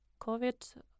COVID